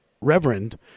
reverend